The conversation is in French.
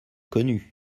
connus